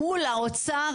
גדול.